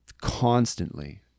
constantly